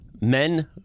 men